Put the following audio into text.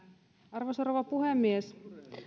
arvoisa rouva puhemies